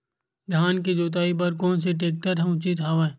धान के जोताई बर कोन से टेक्टर ह उचित हवय?